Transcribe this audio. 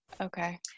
Okay